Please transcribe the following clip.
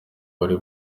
bari